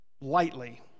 lightly